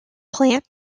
plant